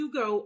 go